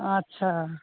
আচ্ছা